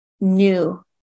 new